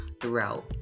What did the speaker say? throughout